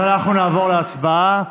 אז אנחנו נעבור להצבעה.